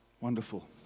wonderful